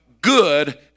good